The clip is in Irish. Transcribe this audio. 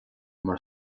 mar